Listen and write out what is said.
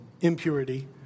impurity